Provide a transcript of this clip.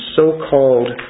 so-called